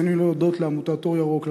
ברצוני להודות לעמותת "אור ירוק",